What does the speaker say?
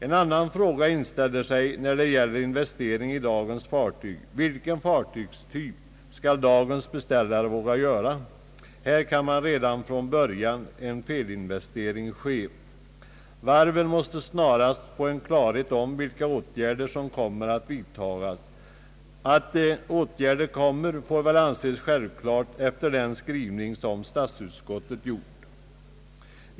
En annan fråga inställer sig när det gäller investeringar i dagens fartyg. Vilken fartygstyp skall dagens beställare våga välja? Här kan redan från början en felinvestering ske. Varven måste snarast få klarhet i vilka åtgärder som kommer att vidtagas. Att åt gärder skall vidtagas får väl anses självklart efter statsutskottets skrivning.